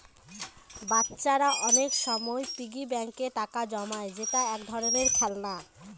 বাচ্চারা অনেক সময় পিগি ব্যাঙ্কে টাকা জমায় যেটা এক ধরনের খেলনা